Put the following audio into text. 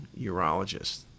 urologist